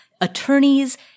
attorneys